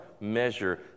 measure